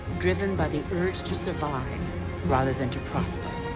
driven by the urge to survive rather than to prosper.